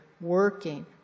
working